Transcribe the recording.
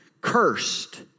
cursed